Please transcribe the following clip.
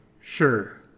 Sure